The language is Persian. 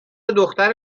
دختر